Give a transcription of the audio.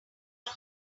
are